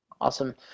Awesome